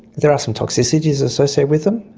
there are some toxicities associated with them.